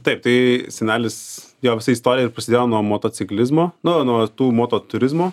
taip tai senelis jo istorija prasidėjo nuo mototciklizmo na nuo tų moto turizmo